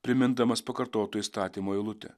primindamas pakartoto įstatymo eilutę